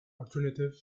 alternative